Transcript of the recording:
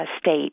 state